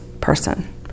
person